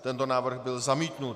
Tento návrh byl zamítnut.